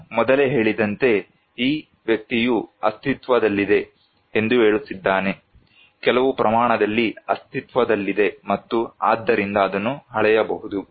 ನಾನು ಮೊದಲೇ ಹೇಳಿದಂತೆ ಈ ವ್ಯಕ್ತಿಯು ಅಸ್ತಿತ್ವದಲ್ಲಿದೆ ಎಂದು ಹೇಳುತ್ತಿದ್ದಾನೆ ಕೆಲವು ಪ್ರಮಾಣದಲ್ಲಿ ಅಸ್ತಿತ್ವದಲ್ಲಿದೆ ಮತ್ತು ಆದ್ದರಿಂದ ಅದನ್ನು ಅಳೆಯಬಹುದು